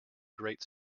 great